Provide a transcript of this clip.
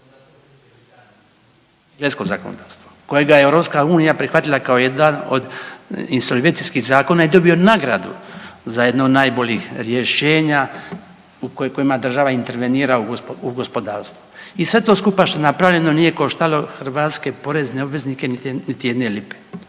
Europsko zakonodavstvo. Kojega je EU prihvatila kao jedan od insolvencijskih zakona i dobio nagradu za jedno od najboljih rješenja u kojima država intervenira u gospodarstvo. I sve to skupa što je napravljeno nije koštalo hrvatske porezne obveznike niti, niti jedne lipe.